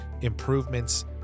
Improvements